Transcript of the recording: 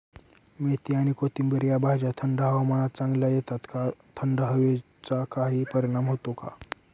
मेथी आणि कोथिंबिर या भाज्या थंड हवामानात चांगल्या येतात का? थंड हवेचा काही परिणाम होतो का?